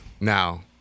Now